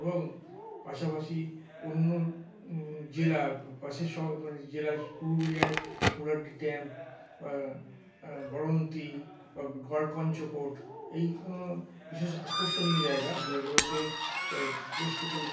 এবং পাশাপাশি অন্য জেলা পাশের শহর মানে জেলা পুরুলিয়ায় মুরাড্ডি ড্যাম বা বরন্তি বা গড়পঞ্চকোট এইগুলো বিশেষ আকর্ষণীয় জায়গা যেগুলোতে বেশ কিছু